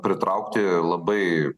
pritraukti labai